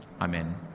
Amen